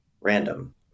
random